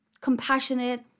compassionate